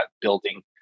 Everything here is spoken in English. building